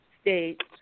state